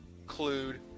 include